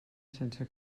sense